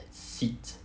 sit